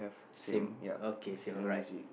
same okay same alright